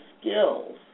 skills